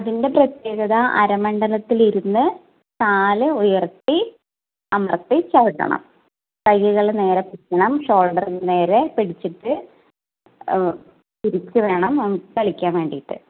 അതിൻ്റെ പ്രത്യേകത അരമണ്ഡലത്തിൽ ഇരുന്ന് കാൽ ഉയർത്തി അമർത്തി ചവിട്ടണം കൈകൾ നേരെ പിടിക്കണം ഷോൾഡറിനുനേരെ പിടിച്ചിട്ട് പിടിച്ച് വേണം നമുക്ക് കളിക്കാൻ വേണ്ടിയിട്ട്